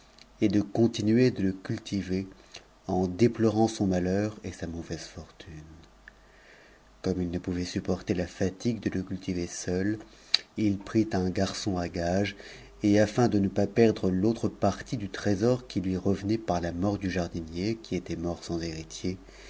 et de continuer de le cultiver en déplorant son malheur et sa mauvaise fortune comme il ne pouvait supporter la fatigue de le cultiver seul il prit un garçon à gage et afin de ne pas perdre l'autre partie du trésor qui lui revenait par la mort du jardinier qui était mort sans